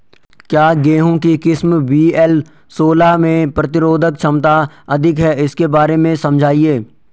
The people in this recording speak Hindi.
क्या गेहूँ की किस्म वी.एल सोलह में प्रतिरोधक क्षमता अधिक है इसके बारे में समझाइये?